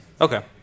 Okay